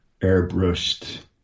airbrushed